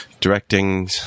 directing